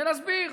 ונסביר.